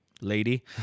lady